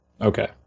Okay